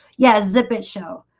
yeah zip it show